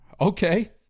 okay